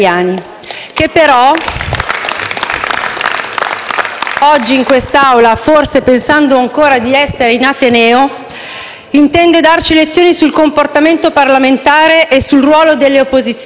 che però, oggi, in quest'Aula, forse pensando di essere ancora in ateneo, intende darci lezioni sul comportamento parlamentare e sul ruolo delle opposizioni.